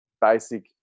basic